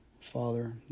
Father